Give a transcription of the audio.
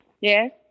Yes